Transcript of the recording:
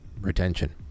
Retention